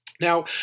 Now